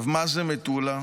מה זה מטולה?